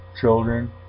children